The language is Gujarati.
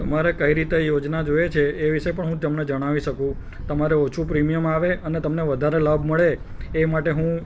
તમારે કઈ રીતે યોજના જોઈએ છે એ વિશે પણ હું તમને જણાવી શકું તમારે ઓછું પ્રીમિયમ આવે અને તમને વધારે લાભ મળે એ માટે હું